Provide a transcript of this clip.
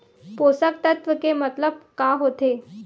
पोषक तत्व के मतलब का होथे?